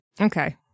Okay